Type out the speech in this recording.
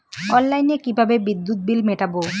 অনলাইনে কিভাবে বিদ্যুৎ বিল মেটাবো?